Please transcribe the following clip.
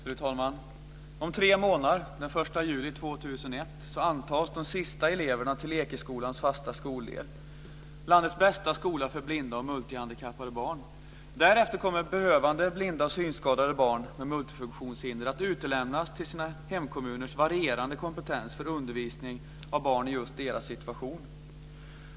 Fru talman! Om tre månader, den 1 juli 2001, antas de sista eleverna till Ekeskolans fasta skoldel, landets bästa skola för blinda och multihandikappade barn. Därefter kommer behövande blinda och synskadade barn med multifunktionshinder att utlämnas till sina hemkommuners varierande kompetens för undervisning av barn i just deras situation.